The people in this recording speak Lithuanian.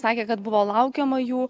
sakė kad buvo laukiama jų